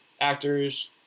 actors